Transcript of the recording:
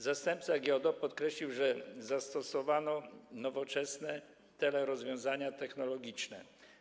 Zastępca GIODO podkreślił, że zastosowano nowoczesne telerozwiązania technologiczne.